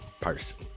person